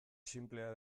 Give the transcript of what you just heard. xinplea